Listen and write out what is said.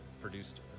produced